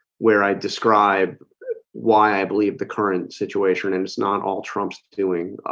where i describe why i believe the current situation and it's not all trump's doing